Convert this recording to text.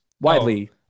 widely